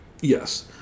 Yes